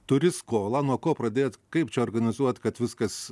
turi skolą nuo ko pradėt kaip čia organizuot kad viskas